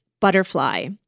Butterfly